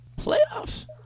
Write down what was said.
playoffs